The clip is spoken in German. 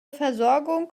versorgung